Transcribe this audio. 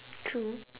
true